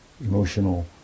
emotional